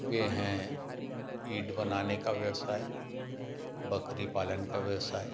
वे हैं ईट बनाने का व्यवसाय बकरी पालन का व्यवसाय